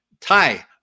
Ty